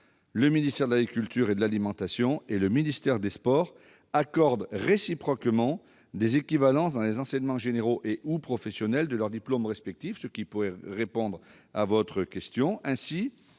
le ministère de l'agriculture et de l'alimentation et le ministère des sports accordent réciproquement des équivalences dans les enseignements généraux et/ou professionnels de leurs diplômes respectifs. Ainsi, afin de faire valoir ces